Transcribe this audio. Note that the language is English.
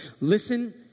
Listen